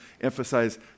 emphasize